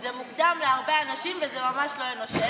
זה מוקדם להרבה אנשים, וזה ממש לא אנושי.